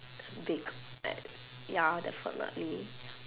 big fat ya definitely